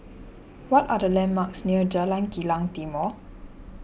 what are the landmarks near Jalan Kilang Timor